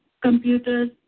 computers